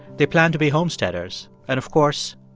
they planned to be homesteaders. and of course,